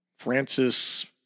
Francis